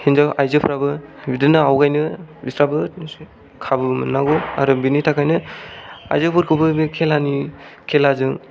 हिनजाव आयजोफोराबो बिदिनो आवगायनो बिस्राबो निस्सय खाबु मोननांगौ आरो बिनि थाखायनो आयजोफोरखौबो बे खेलानि खेलाजों